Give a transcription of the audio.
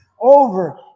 over